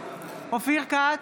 אופיר כץ,